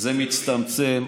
זה מצטמצם,